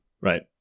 right